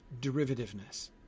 derivativeness